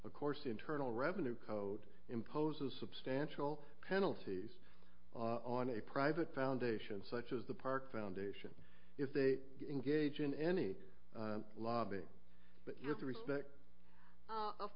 of course the internal revenue code imposes substantial penalties on a private foundation such as the park foundation if they engage in any lobbying but you have to respect